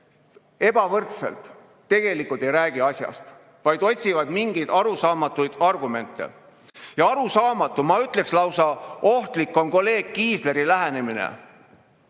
ebavõrdselt, tegelikult ei räägi asjast, vaid otsivad mingeid arusaamatuid argumente. Ja arusaamatu, ma ütleksin, lausa ohtlik on kolleeg Kiisleri lähenemine.